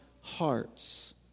hearts